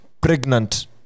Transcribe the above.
pregnant